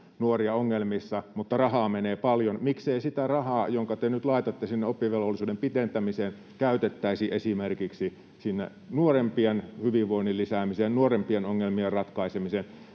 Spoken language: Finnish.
nuoria ongelmissa, mutta rahaa menee paljon, niin miksei sitä rahaa, jonka te nyt laitatte sinne oppivelvollisuuden pidentämiseen, käytettäisi esimerkiksi nuorempien hyvinvoinnin lisäämiseen, nuorempien ongelmien ratkaisemiseen?